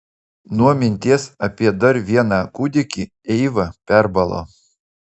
nuo minties apie dar vieną kūdikį eiva perbalo